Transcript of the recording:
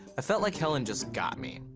i felt like helen just got me,